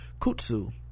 kutsu